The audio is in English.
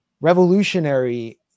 revolutionary